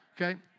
Okay